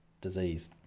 disease